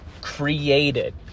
created